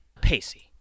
Pacey